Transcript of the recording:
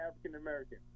African-American